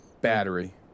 Battery